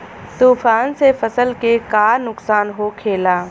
तूफान से फसल के का नुकसान हो खेला?